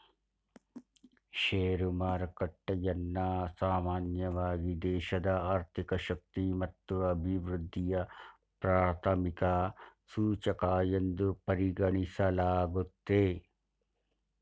share ಮಾರುಕಟ್ಟೆಯನ್ನ ಸಾಮಾನ್ಯವಾಗಿ ದೇಶದ ಆರ್ಥಿಕ ಶಕ್ತಿ ಮತ್ತು ಅಭಿವೃದ್ಧಿಯ ಪ್ರಾಥಮಿಕ ಸೂಚಕ ಎಂದು ಪರಿಗಣಿಸಲಾಗುತ್ತೆ